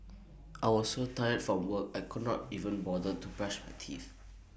I was so tired from work I could not even bother to brush my teeth